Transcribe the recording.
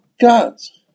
God's